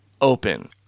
open